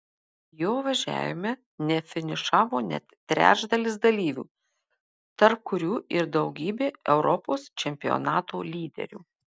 jo važiavime nefinišavo net trečdalis dalyvių tarp kurių ir daugybė europos čempionato lyderių